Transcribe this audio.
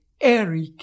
Eric